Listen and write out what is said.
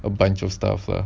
a bunch of stuff lah